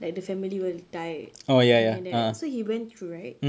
like the family will die or something like that right so he went through right